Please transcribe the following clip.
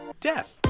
Death